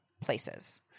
places